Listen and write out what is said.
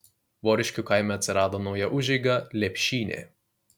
voriškių kaime atsirado nauja užeiga lepšynė